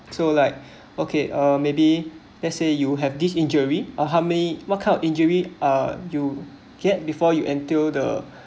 so like okay uh maybe let's say you have this injury uh how many what kind of injury uh you get before you enter the